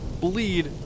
bleed